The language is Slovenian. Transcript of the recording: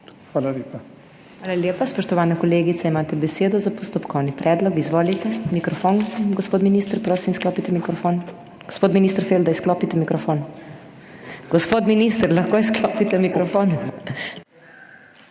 MEIRA HOT: Hvala lepa. Spoštovana kolegica, imate besedo za postopkovni predlog. Izvolite. Mikrofon. Gospod minister, prosim, izklopite mikrofon. Gospod minister Felda, izklopite mikrofon. Gospod minister, lahko izklopite mikrofon?